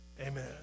amen